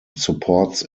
supports